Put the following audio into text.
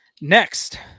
Next